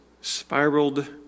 spiraled